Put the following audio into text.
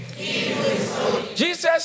Jesus